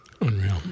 Unreal